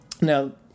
Now